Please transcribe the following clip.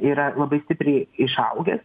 yra labai stipriai išaugęs